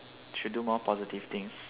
should do more positive things